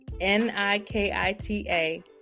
N-I-K-I-T-A